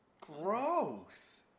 Gross